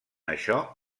això